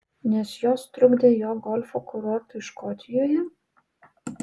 nes jos trukdė jo golfo kurortui škotijoje